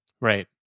Right